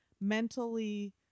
mentally